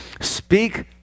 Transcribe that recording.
Speak